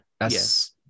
Yes